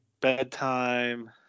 bedtime